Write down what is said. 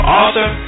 author